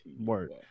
word